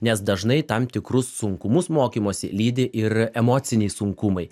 nes dažnai tam tikrus sunkumus mokymosi lydi ir emociniai sunkumai